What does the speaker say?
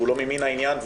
והוא לא ממין העניין,